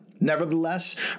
Nevertheless